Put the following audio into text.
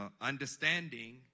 understanding